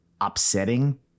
upsetting